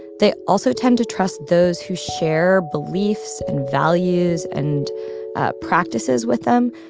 they also tend to trust those who share beliefs and values and practices with them.